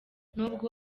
nubwo